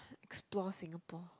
explore Singapore